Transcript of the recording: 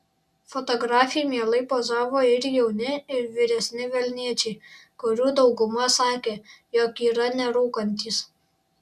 fotografei mielai pozavo ir jauni ir vyresni vilniečiai kurių dauguma sakė jog yra nerūkantys